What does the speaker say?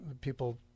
people